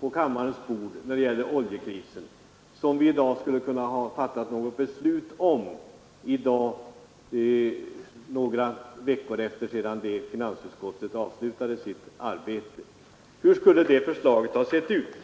på kammarens bord när det gäller oljekrisen, alltså förslag som vi hade kunnat fatta beslut om i dag, några dagar efter det att finansutskottet avslutat sitt arbete med betänkandet. Hur skulle det förslaget ha sett ut?